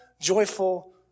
joyful